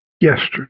yesterday